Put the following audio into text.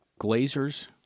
Glazers